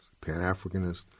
pan-Africanist